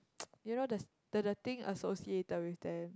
you know the the the thing associated with them